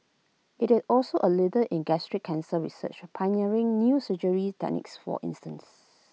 IT is also A leader in gastric cancer research pioneering new surgery techniques for instance